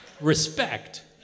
Respect